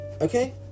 okay